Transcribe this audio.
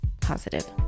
positive